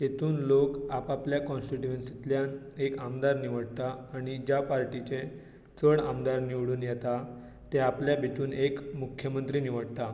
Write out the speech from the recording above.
तातूंत लोक आप आपल्या कॉन्टीट्युयन्सिंतल्यान एक आमदार निवडटा आनी ज्या पार्टीचे चड आमदार निवडून येता ते आपल्या भितर एक मुख्यमंत्री निवडटा